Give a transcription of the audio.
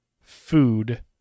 food